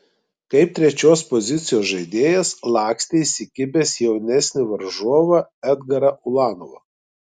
kaip trečios pozicijos žaidėjas lakstė įsikibęs jaunesnį varžovą edgarą ulanovą